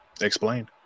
Explain